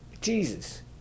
Jesus